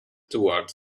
toward